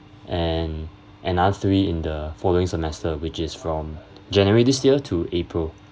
and another three in the following semester which is from january this year to april